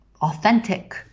authentic